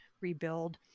rebuild